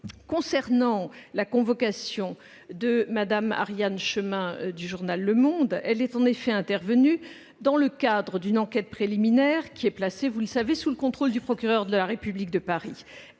qui est de la convocation de Mme Ariane Chemin, journaliste au, celle-ci est intervenue dans le cadre d'une enquête préliminaire qui est placée, vous le savez, sous le contrôle du procureur de la République de Paris.